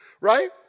Right